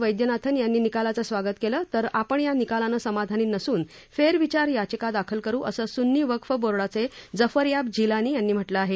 वैद्यनाथन् यांनी निकालाचं स्वागत केलं तर आपण या निकालाने समाधानी नसून फेरविचार याचिका दाखल करु असं सुन्नी वक्फ बोर्डाचे जफरयाब जिलानी यांनी म्हटलं आहे